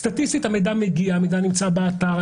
סטטיסטית המידע מגיע, הוא נמצא באתר.